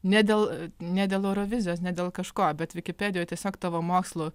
ne dėl ne dėl eurovizijos ne dėl kažko bet vikipedijoj tiesiog tavo mokslų